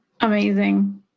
Amazing